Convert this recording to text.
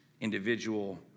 individual